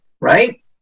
right